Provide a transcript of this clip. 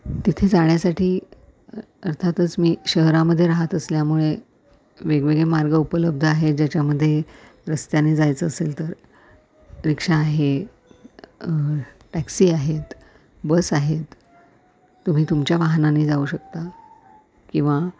तिथे जाण्यासाठी अर्थातच मी शहरामध्ये राहत असल्यामुळे वेगवेगळे मार्ग उपलब्ध आहेत ज्याच्यामध्ये रस्त्याने जायचं असेल तर रिक्षा आहे टॅक्सी आहेत बस आहेत तुम्ही तुमच्या वाहनाने जाऊ शकता किंवा